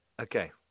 Okay